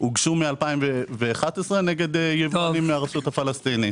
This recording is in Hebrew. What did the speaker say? הוגשו מ-2011 נגד יבואנים מהרשות הפלסטינית,